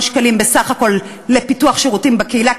שקלים בסך הכול לפיתוח שירותים בקהילה,